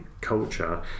culture